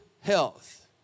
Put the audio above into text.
health